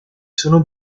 sono